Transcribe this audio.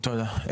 תודה.